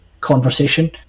conversation